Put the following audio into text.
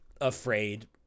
afraid